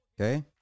okay